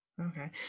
Okay